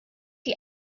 die